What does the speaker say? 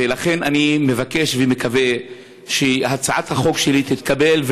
ולכן אני מבקש ומקווה שהצעת החוק שלי תתקבל,